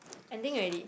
ending already